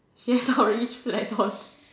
she has orange flats on